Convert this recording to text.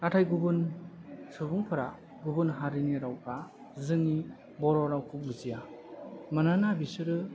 नाथाय गुबुन सुबुंफोरा गुबुन हारिनि रावफ्रा जोंनि बर' रावखौ बुजिया मानोना बिसोरो